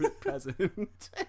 present